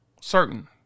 Certain